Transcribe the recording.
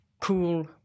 cool